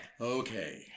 Okay